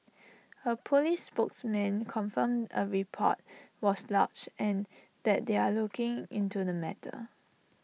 A Police spokesman confirmed A report was lodged and that they were looking into the matter